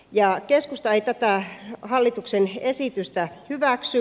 keskusta ei tätä hallituksen esitystä hyväksy